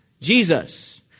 Jesus